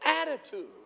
attitude